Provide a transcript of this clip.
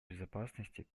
безопасности